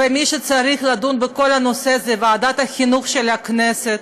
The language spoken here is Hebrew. ומי שצריך לדון בכל הנושא זה ועדת החינוך של הכנסת,